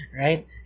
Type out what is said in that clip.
right